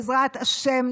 בעזרת השם,